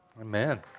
Amen